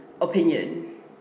opinion